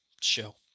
show